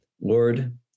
Lord